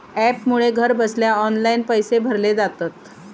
ॲपमुळे घरबसल्या ऑनलाईन पैशे भरले जातत